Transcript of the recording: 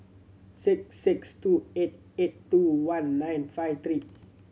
six six two eight eight two one nine five three